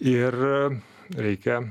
ir reikia